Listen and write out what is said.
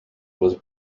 was